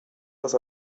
das